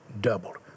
doubled